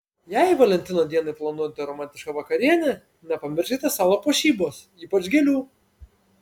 jei valentino dienai planuojate romantišką vakarienę nepamirškite stalo puošybos ypač gėlių